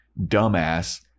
dumbass